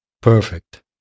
Perfect